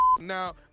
now